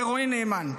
ורועה נאמן.